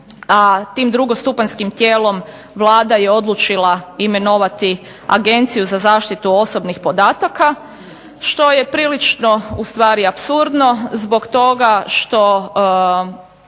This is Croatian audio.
a tim drugostupanjskim tijelom Vlada je odlučila imenovati Agenciju za zaštitu osobnih podataka što je prilično ustvari apsurdno zbog toga što